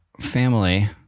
family